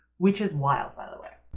which is wild by the way.